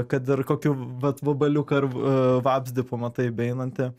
kad ir kokį vat vabaliuką ar v vabzdį pamatai beeinantį